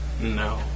No